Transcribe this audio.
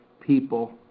people